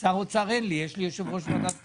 שר אוצר אין לי, יש לי יושב-ראש ועדת כספים.